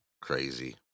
Crazy